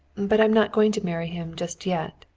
but i'm not going to marry him just yet,